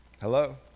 Hello